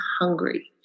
hungry